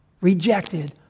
rejected